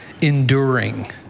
Enduring